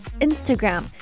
Instagram